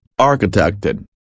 architected